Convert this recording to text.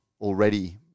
already